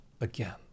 again